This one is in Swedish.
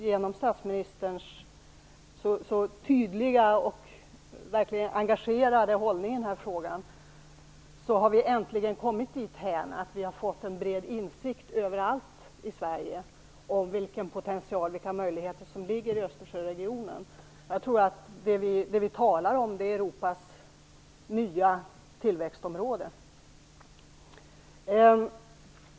Genom statsministerns så tydliga och engagerade hållning i den här frågan har vi äntligen kommit dithän att vi fått en bred insikt över allt i Sverige om vilken potential och vilka möjligheter som ligger i Östersjöregionen. Det vi talar om är Europas nya tillväxtområde.